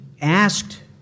asked